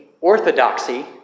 orthodoxy